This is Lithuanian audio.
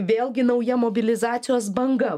vėlgi nauja mobilizacijos banga